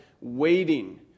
waiting